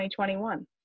2021